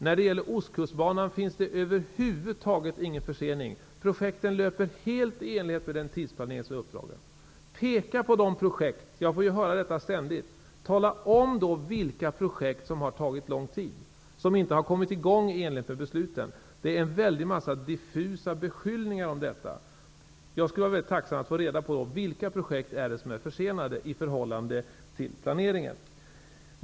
När det gäller byggandet av Ostkustbanan finns det över huvud taget ingen försening. Projekten löper helt i enlighet med den tidsplanering som har gjorts. Tala då om vilka projekt som har tagit lång tid, som inte har kommit i gång i enlighet med besluten. Det förekommer väldigt många diffusa beskyllningar här. Jag skulle därför vara väldigt tacksam om jag fick reda på vilka projekt som är försenade i förhållande till planeringen.